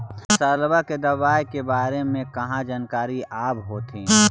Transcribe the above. फसलबा के दबायें के बारे मे कहा जानकारीया आब होतीन?